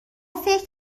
فکر